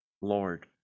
Lord